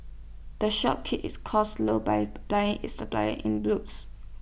the shop keeps its costs low by buying its supplies in bulks